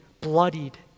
bloodied